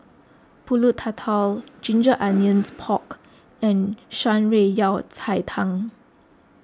Pulut Tatal Ginger Onions Pork and Shan Rui Yao Cai Tang